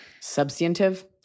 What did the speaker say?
substantive